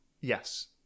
Yes